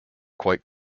quite